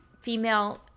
female